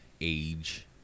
age